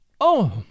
Oh